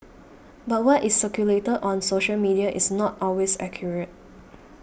but what is circulated on social media is not always accurate